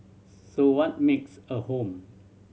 so what makes a home